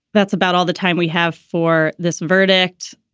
that's about all the time we have for this verdict.